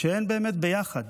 כשאין באמת ביחד.